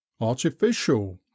Artificial